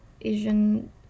Asian